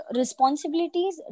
responsibilities